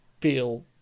feel